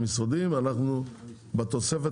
יש לנו סמכות פיקוח כללית על המשרדים ואנחנו בתוספת